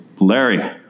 larry